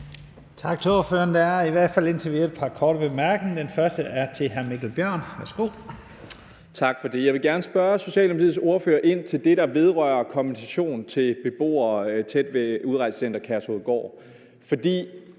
Tak til ordføreren. Der er i hvert fald indtil videre et par korte bemærkninger. Den første er til hr. Mikkel Bjørn. Værsgo. Kl. 11:46 Mikkel Bjørn (DF): Tak for det. Jeg vil gerne spørge Socialdemokratiets ordfører ind til det, der vedrører kompensation til beboere tæt ved Udrejsecenter Kærshovedgård. Hvorfor